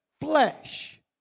flesh